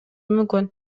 мүмкүн